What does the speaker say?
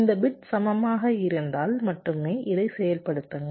இந்த பிட் சமமாக இருந்தால் மட்டுமே இதை செயல்படுத்துங்கள்